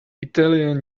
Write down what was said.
italian